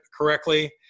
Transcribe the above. correctly